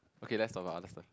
okay let's talk on other first